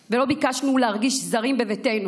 ולא ביקשנו להרגיש זרים בביתנו.